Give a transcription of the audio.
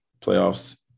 playoffs